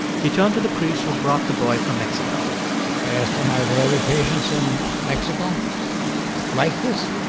he turned to the priests who brought the boy from mexico i asked him are there other patients in mexico like this?